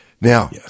Now